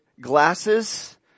glasses